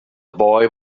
boy